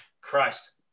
Christ